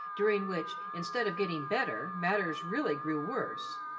during which, instead of getting better, matters really grew worse,